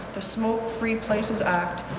the smoke free places act.